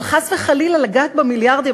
אבל חס וחלילה לגעת במיליארדים.